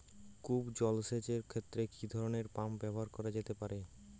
কূপ জলসেচ এর ক্ষেত্রে কি ধরনের পাম্প ব্যবহার করা যেতে পারে?